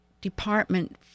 department